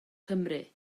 cymru